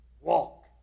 Walk